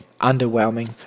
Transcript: underwhelming